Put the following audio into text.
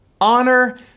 Honor